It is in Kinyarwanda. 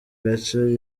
gace